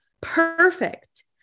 perfect